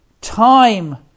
time